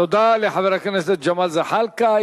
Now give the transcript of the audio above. תודה לחבר הכנסת ג'מאל זחאלקה.